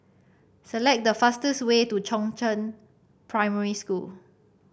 select the fastest way to Chongzheng Primary School